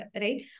right